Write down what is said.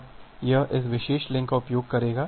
अब यह इस विशेष लिंक का उपयोग करेगा